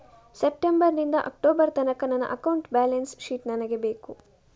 September ನಿಂದ October ತನಕ ನನ್ನ ಅಕೌಂಟ್ ಬ್ಯಾಲೆನ್ಸ್ ಶೀಟ್ ನನಗೆ ಬೇಕು